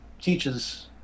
teaches